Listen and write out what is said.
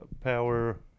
Power